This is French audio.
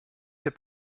ses